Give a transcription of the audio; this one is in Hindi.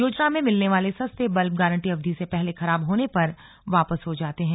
योजना में मिलने वाले सस्ते बल्ब गांरटी अवधि से पहले खराब होने पर वापस हो जाते हैं